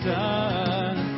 done